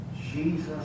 Jesus